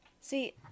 See